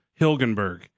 Hilgenberg